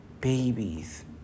babies